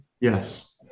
Yes